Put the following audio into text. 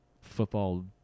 football